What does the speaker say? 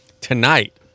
Tonight